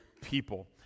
people